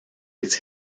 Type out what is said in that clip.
its